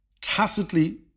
tacitly